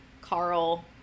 Carl